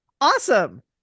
Awesome